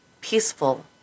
peaceful